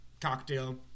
cocktail